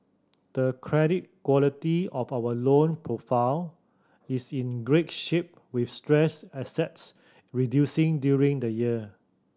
the credit quality of our loan portfolio is in great shape with stressed assets reducing during the year